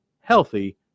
healthy